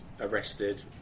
arrested